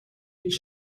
هیچ